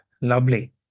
Lovely